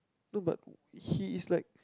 no but he is like